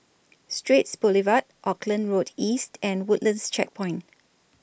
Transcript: Straits Boulevard Auckland Road East and Woodlands Checkpoint